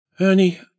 Ernie